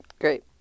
Great